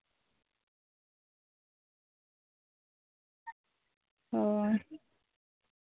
ᱦᱳᱭ